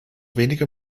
wenige